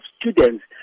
students